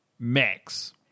Max